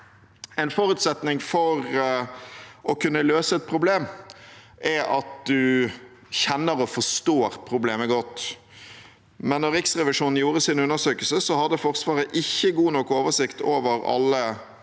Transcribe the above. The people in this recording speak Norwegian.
En forutsetning for å kunne løse et problem er at man kjenner og forstår problemet godt, men da Riksrevisjonen gjorde sin undersøkelse, hadde ikke Forsvaret god nok oversikt over alle de